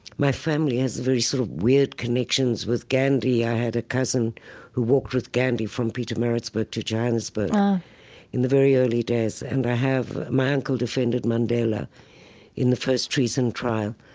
my family has very sort of weird connections with gandhi. i had a cousin who walked with gandhi from pietermaritzburg to johannesburg in the very early days, and i have my uncle defended mandela in the first treason trial.